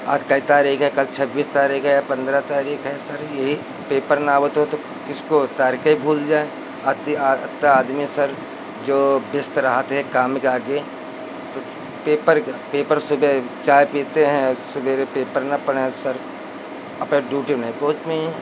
आज क्या तारीख है कल छब्बीस तारीख है या पन्द्रह तारीख है सर यही पेपर न आवत होए तो किसको तारिखे भूल जाएँ अति अब तो आदमी सर जो व्यस्त रहत हैं काम के आगे तो पेपर क्या पेपर सुबह चाय पीते हैं और सवेरे पेपर न पढ़े सर अपे डूटी नहीं पहुँच पइहें